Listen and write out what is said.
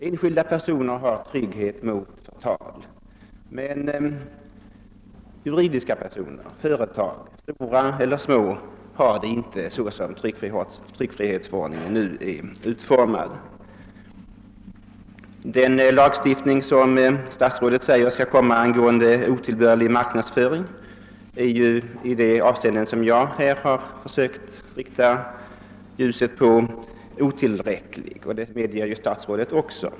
Enskilda personer har trygghet mot förtal, men juridiska personer — företag, stora eller små — har det inte så som tryckfrihetsförordningen nu är utformad. Den lagstiftning som statsrådet säger skall komma angående otillbörlig marknadsföring är i de avsenden som jag här försökt rikta ljuset på otillräcklig, och det medger ju statsrådet också.